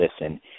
listen